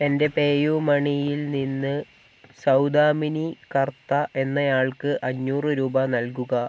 എൻ്റെ പേയുമണിയിൽ നിന്ന് സൗദാമിനി കർത്ത എന്നയാൾക്ക് അഞ്ഞൂറ് രൂപ നൽകുക